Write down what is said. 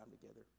together